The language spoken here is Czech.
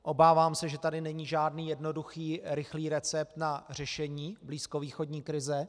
Obávám se, že tady není žádný jednoduchý rychlý recept na řešení blízkovýchodní krize.